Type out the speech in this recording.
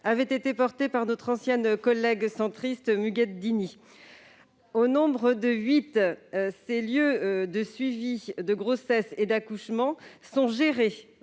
avait été portée par notre ancienne collègue centriste Muguette Dini. Une excellente collègue ! Au nombre de huit, ces lieux de suivi de grossesse et d'accouchement sont gérés